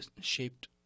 shaped